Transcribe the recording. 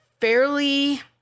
fairly